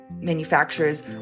manufacturers